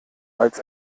als